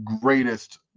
greatest